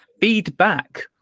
feedback